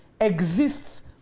exists